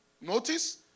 Notice